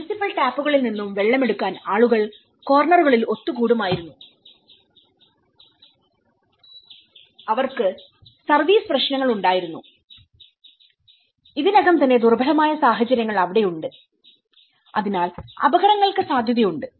municipal ടാപ്പുകളിൽ നിന്നും വെള്ളമെടുക്കാൻ ആളുകൾ കോർണറുകളിൽഒത്തുകൂടുമായിരുന്നു അവർക്ക് സർവീസ് പ്രശ്നങ്ങൾ ഉണ്ടായിരുന്നു ഇതിനകം തന്നെ ദുർബലമായ സാഹചര്യങ്ങൾ അവിടെയുണ്ട് അതിനാൽ അപകടങ്ങൾക്ക് സാധ്യതയുണ്ട്